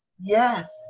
Yes